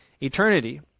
Eternity